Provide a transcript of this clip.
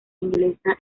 inglesa